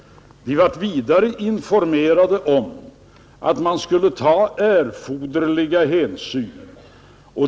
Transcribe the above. Den blev vidare informerad om att man skulle ta erforderliga hänsyn.